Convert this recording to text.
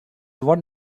one